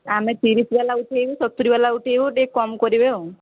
ଆମେ ତିରିଶ୍ ବାଲା ଉଠେଇବୁ ସତୁରୀ ବାଲା ଉଠେଇବୁ ଟିକିଏ କମ୍ କରିବେ ଆଉ